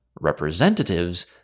representatives